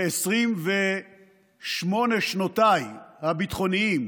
ב-28 שנותיי הביטחוניות